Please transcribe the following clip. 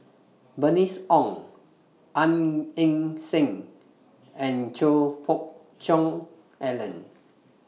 Bernice Ong Gan Eng Seng and Choe Fook Cheong Alan